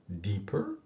deeper